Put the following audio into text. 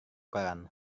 koran